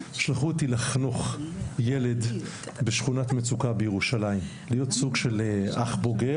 שלחו אותי לחנוך ילד בשכונת מצוקה בירושלים; להיות סוג של אח בוגר.